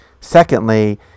Secondly